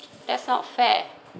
that's not fair